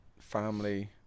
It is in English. family